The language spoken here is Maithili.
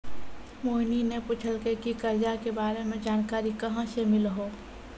मोहिनी ने पूछलकै की करजा के बारे मे जानकारी कहाँ से मिल्हौं